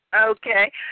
Okay